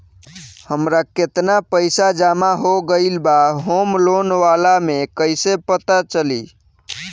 हमार केतना पईसा जमा हो गएल बा होम लोन वाला मे कइसे पता चली?